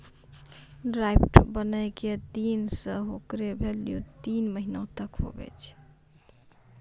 draft बनै के दिन से हेकरो भेल्यू तीन महीना तक हुवै छै